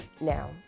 Now